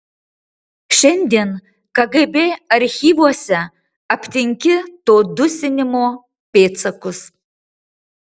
šiandien kgb archyvuose aptinki to dusinimo pėdsakus